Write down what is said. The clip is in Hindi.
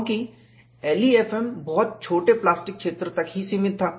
क्योंकि LEFM बहुत छोटे प्लास्टिक क्षेत्र तक ही सीमित था